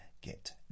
get